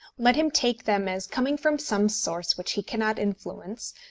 let him take them as coming from some source which he cannot influence,